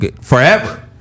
forever